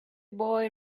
boy